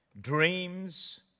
dreams